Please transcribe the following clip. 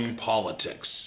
politics